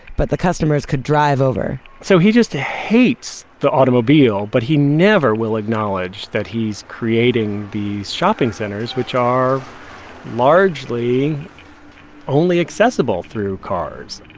but the customers could drive over so he just hates the automobile, but he never will acknowledge that he's creating these shopping centers which are largely only accessible through cars